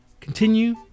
Continue